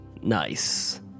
nice